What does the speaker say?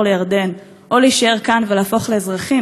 לירדן או להישאר כאן ולהפוך לאזרחים,